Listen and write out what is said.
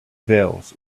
veils